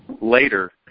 later